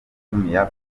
jumia